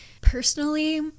personally